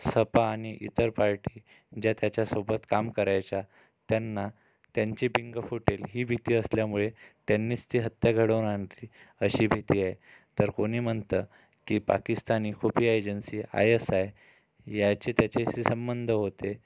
सपा आणि इतर पार्टी ज्या त्याच्यासोबत काम करायच्या त्यांना त्यांचे बिंग फुटेल ही भीती असल्यामुळे त्यांनीच ती हत्या घडवून आणली अशी भीती आहे तर कोणी म्हणतं की पाकिस्तानी खुफिया एजन्सी आय एस आय याची त्याच्याशी संबंध होते